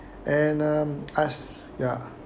and um ask ya